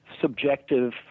subjective